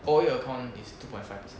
O_A account is two point five percent